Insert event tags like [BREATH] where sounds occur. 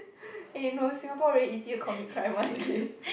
[BREATH] eh no Singapore very easy to commit crime one okay